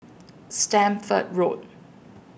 Stamford Road